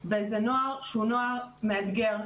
וזה נוער שהוא נוער מאתגר,